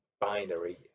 binary